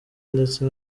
ndetse